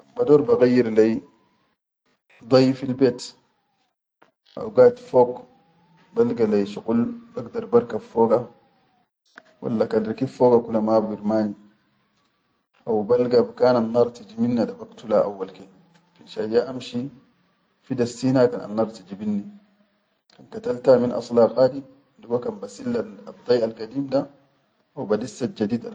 Kan bador baqayyir lai dai fil bel haw aid fok, balga lai shuqul bagdar barkab foga walla kan rikib foga kula ma birmani, haw balga bikan annar tiji minna da baktula, awwal ke finshan ya amshi fi dassina kan annar tijinitni, kan katalta min asila qadi, dugo kan basillan dai algadim haw badissa.